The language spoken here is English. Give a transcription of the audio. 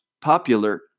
popular